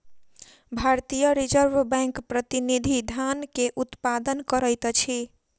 भारतीय reserve bank प्रतिनिधि धन के उत्पादन करैत अछि